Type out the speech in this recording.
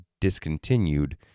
discontinued